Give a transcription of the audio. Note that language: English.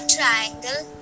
Triangle